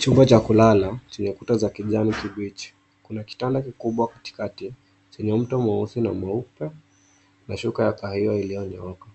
Chumba cha kulala chenye kuta za kijani kibichi kuna kitanda kikubwa katikati chenye mto mweusi na mweupe na shuka ya kahawia iliyo nyooka.